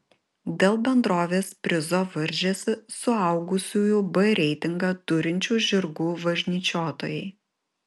dėl bendrovės prizo varžėsi suaugusiųjų b reitingą turinčių žirgų važnyčiotojai